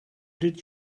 did